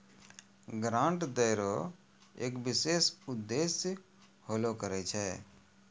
grant दै रो एक विशेष उद्देश्य होलो करै छै